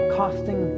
costing